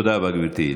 תודה רבה, גברתי.